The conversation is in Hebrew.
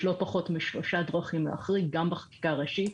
יש לא פחות משלוש דרכים להחריג, גם בחקיקה ראשית,